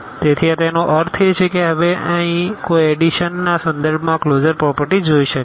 તેથી આ તેનો અર્થ છે કે હવે કોઈ અહીં એડીશનના સંદર્ભમાં આ ક્લોઝર પ્રોપર્ટી જોઈ શકે છે